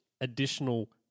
additional